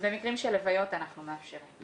במקרים של הלוויות, אנחנו מאפשרים.